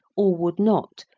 or would not,